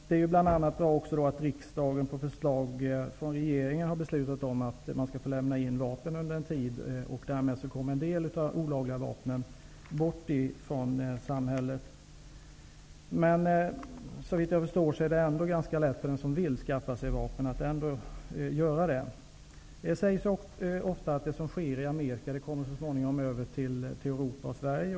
Det är bra att riksdagen på förslag från regeringen har beslutat om att folk skall, under en tid, kunna få lämna in vapen, och därmed kommer en del av de olagliga vapnen bort från samhället. Såvitt jag förstår är det ändå ganska lätt för den som vill att skaffa sig vapen. Det sägs ofta att det som sker i Amerika så småningom kommer att komma över till Europa och Sverige.